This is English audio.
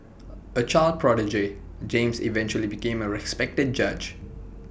A child prodigy James eventually became A respected judge